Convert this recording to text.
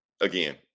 Again